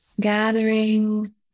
gathering